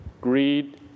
greed